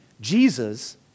Jesus